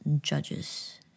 judges